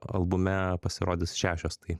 albume pasirodys šešios tai